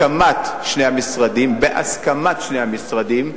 בהסכמת שני המשרדים, בהסכמת שני המשרדים,